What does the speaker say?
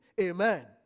Amen